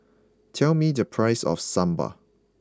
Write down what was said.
tell me the price of Sambal